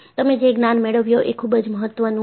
તમે જે જ્ઞાન મેળવ્યું એ ખૂબ જ મહત્વનું છે